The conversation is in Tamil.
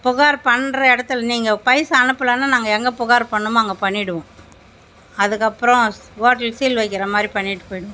புகார் பண்ற இடத்துல நீங்கள் பைசா அனுப்பலைன்னா நாங்கள் எங்கே புகார் பண்ணணுமோ அங்கே பண்ணிடுவோம் அதுக்கு அப்றம் ஓட்டலுக்கு சீல் வைக்கிற மாதிரி பண்ணிட்டு போயிடுவோம்